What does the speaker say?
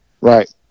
Right